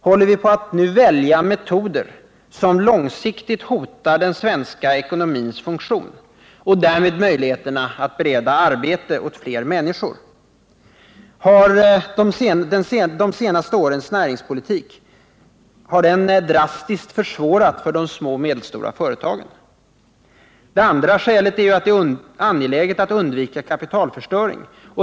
Håller vi på att välja metoder som långsiktigt hotar den svenska ekonomins funktion — och därmed möjligheten att bereda arbete åt fler människor? Har de senaste årens näringspolitik drastiskt försvårat tillvaron för de små och medelstora företagen? Det andra skälet är att det är angeläget att undvika kapitalförstöring.